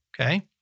Okay